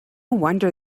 wonder